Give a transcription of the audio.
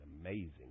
amazing